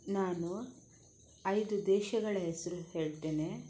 ನಾನು ಐದು ದೇಶಗಳ ಹೆಸರು ಹೇಳ್ತೇನೆ